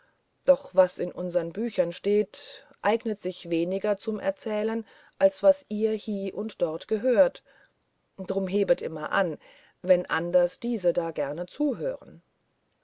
doch was in unsern büchern steht eignet sich weniger zum erzählen als was ihr hie und dort gehört drum hebet immer an wenn anders diese da gerne zuhören